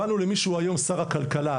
באנו למי שהוא היום שר הכלכלה,